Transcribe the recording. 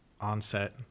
onset